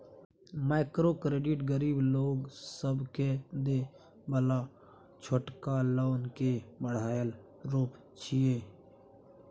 micro credit गरीब लोक सबके देय बला छोटका लोन के बढ़ायल रूप छिये